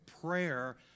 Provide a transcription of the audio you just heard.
prayer